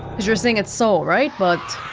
cause you're saying it's so, right? but,